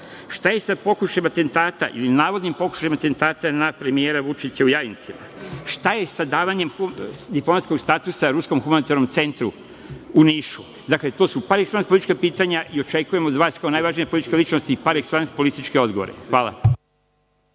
Šta je sa pokušajem atentata, ili navodnim pokušajem atentata, na premijera Vučića u Jajincima? Šta je sa davanjem diplomatskog statusa Ruskom humanitarnom centu u Nišu? Dakle, to su par ekselans politička pitanja, i očekujem od vas kao najvažnije političke ličnosti, par ekselans političke odgovore. Hvala.